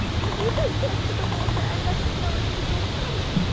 will you go first to the water, and let us know if it is all safe?